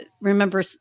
remember